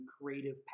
creative